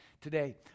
today